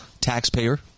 taxpayer